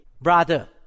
Brother